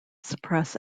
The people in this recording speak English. suppress